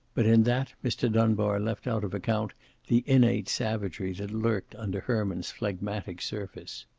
but in that mr. dunbar left out of account the innate savagery that lurked under herman's phlegmatic surface.